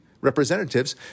representatives